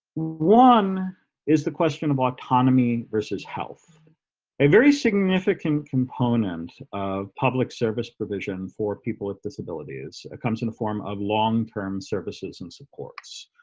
one is the question of autonomy versus health a very significant component of public service provision for people with disabilities comes in the form of long term services and supports.